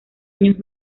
años